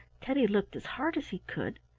teddy looked as hard as he could,